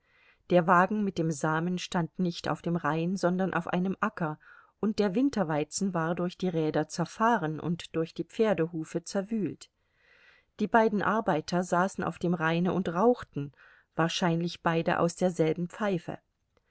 der wagen mit dem samen stand nicht auf dem rain sondern auf einem acker und der winterweizen war durch die räder zerfahren und durch die pferdehufe zerwühlt die beiden arbeiter saßen auf dem raine und rauchten wahrscheinlich beide aus derselben pfeife